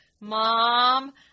Mom